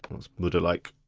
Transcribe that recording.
what's buda like.